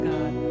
God